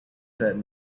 that